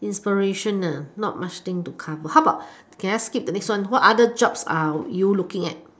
inspiration not much thing to cover how about can I skip the next one what other jobs are you looking at